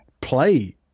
play